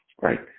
right